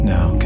Now